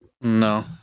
No